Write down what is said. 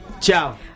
Ciao